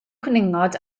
cwningod